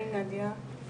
אני נאדיה,